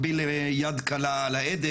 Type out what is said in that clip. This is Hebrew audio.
השימוש הוא שימוש שמקביל ליד קלה על ההדק,